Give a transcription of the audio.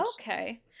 Okay